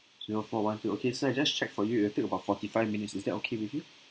zero four one two okay sir I just check for you it'll take about forty five minutes is that okay with you